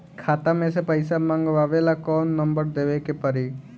खाता मे से पईसा मँगवावे ला कौन नंबर देवे के पड़ी?